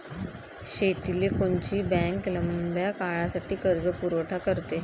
शेतीले कोनची बँक लंब्या काळासाठी कर्जपुरवठा करते?